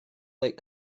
late